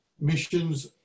missions